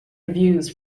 reviews